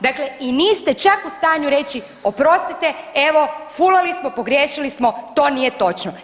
Dakle i niste čak u stanju reći oprostite, evo fulali smo, pogriješili smo, to nije točno.